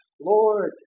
Lord